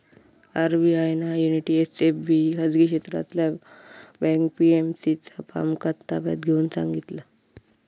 RBI ना Unity SFB खाजगी क्षेत्रातला बँक पी.एम.सी चा कामकाज ताब्यात घेऊन सांगितला